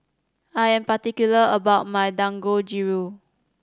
I'm particular about my Dangojiru